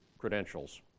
credentials